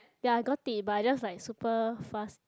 ya I got it but I just like super fast